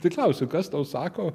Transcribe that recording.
tai klausiu kas tau sako